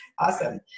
Awesome